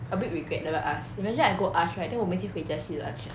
a bit big regret never ask imagine I go ask right then 我每天回家吃 lunch